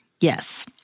Yes